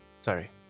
Sorry